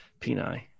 peni